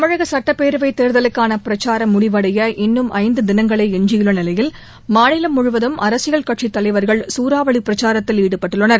தமிழக சுட்டப்பேரவைத் தேர்தலுக்கான பிரக்சாரம் முடிவடைய இன்னும் ஐந்து தினங்களே எஞ்சியுள்ள நிலையில் மாநிலம் முழுவதும் அரசியல் கட்சித்தலைவர்கள் சூறாவளி பிரச்சாரத்தில் ஈடுபட்டுள்ளனர்